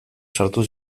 sartu